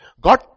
God